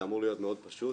זה אמור להיות מאוד פשוט